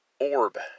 Orb